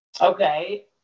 Okay